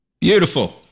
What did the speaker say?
beautiful